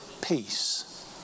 peace